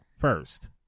first